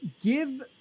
give